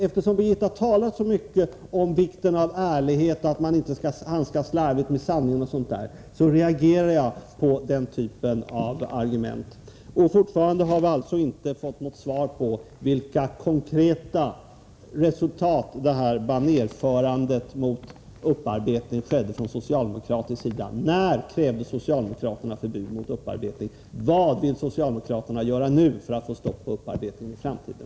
Eftersom Birgitta Dahl talar så mycket om vikten av ärlighet och att man inte skall handskas slarvigt med sanningen, reagerar jag på den typen av argument. Fortfarande har vi alltså inte fått något svar på frågan vilka konkreta resultat banerförandet mot upparbetning från socialdemokraternas sida ledde fram till. När krävde socialdemokraterna förbud mot upparbetning? Vad vill socialdemokraterna nu göra för att få stopp på upparbetningen i framtiden?